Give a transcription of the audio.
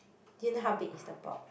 didn't help it is the prop